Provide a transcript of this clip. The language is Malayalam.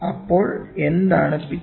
അപ്പോൾ എന്താണ് പിച്ച്